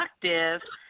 productive